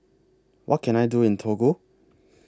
What Can I Do in Togo